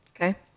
Okay